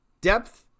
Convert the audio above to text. depth